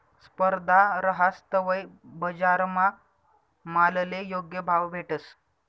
स्पर्धा रहास तवय बजारमा मालले योग्य भाव भेटस